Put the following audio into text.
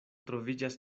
troviĝas